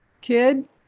kid